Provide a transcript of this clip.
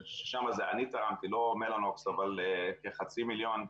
שם אני תרמתי, לא מלאנוקס, כחצי מיליון,